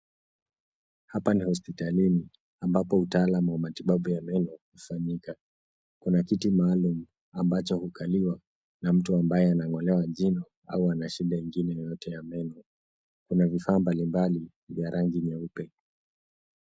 Hapa ni hospitalini ambapo utaalam wa matibabu ya meno hufanyika. Kuna kiti maalum ambacho hukaliwa na mtu ambaye anang'olewa jino au ana shida ingine yoyote ya meno. Kuna vifaa mbalimbali vya rangi nyeupe.